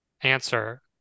answer